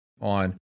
on